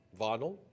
vinyl